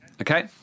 Okay